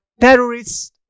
terrorists